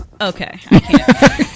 Okay